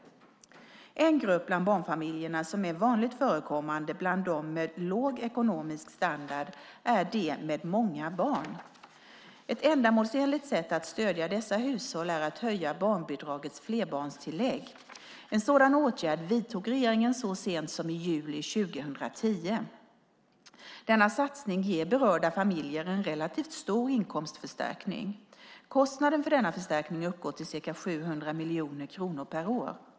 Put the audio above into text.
En grupp bland barnfamiljerna som är vanligt förekommande bland de med låg ekonomisk standard är de med många barn. Ett ändamålsenligt sätt att stödja dessa hushåll är att höja barnbidragets flerbarnstillägg. En sådan åtgärd vidtog regeringen så sent som i juli 2010. Denna satsning ger berörda familjer en relativt stor inkomstförstärkning. Kostnaden för denna förstärkning uppgår till ca 700 miljoner kronor per år.